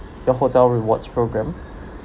your hotel rewards program